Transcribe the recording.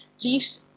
please